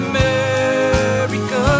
America